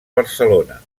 barcelona